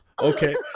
okay